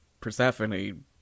Persephone